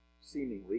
seemingly